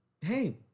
hey